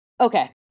Okay